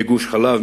גוש-חלב,